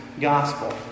Gospel